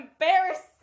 embarrassing